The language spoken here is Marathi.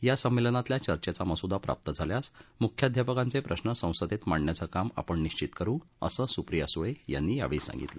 या संमेलनातल्या चर्चेचा मस्दा प्राप्त झाल्यास म्ख्याध्यापकांचे प्रश्न संसदेत मांडण्याचं काम आपण निश्चित करु असं सुप्रिया सुळे यांनी यावेळी सांगितलं